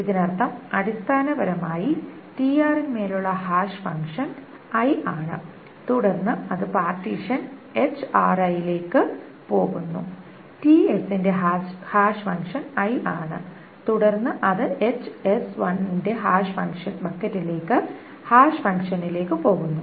ഇതിനർത്ഥം അടിസ്ഥാനപരമായി tr ന്മേലുള്ള ഹാഷ് ഫംഗ്ഷൻ i ആണ് തുടർന്ന് അത് പാർട്ടീഷൻ ലേക്ക് പോകുന്നു ts ന്റെ ഹാഷ് ഫംഗ്ഷൻ i ആണ് തുടർന്ന് അത് ന്റെ ഹാഷ് ബക്കറ്റിലേക്കു ഹാഷ് ഫംഗ്ഷനിലേക്ക് പോകുന്നു